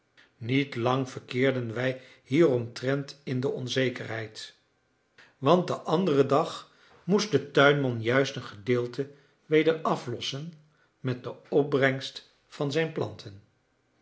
niet lang verkeerden wij hieromtrent in de onzekerheid want den anderen dag moest de tuinman juist een gedeelte weder aflossen met de opbrengst van zijn planten